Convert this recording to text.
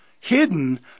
hidden